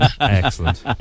excellent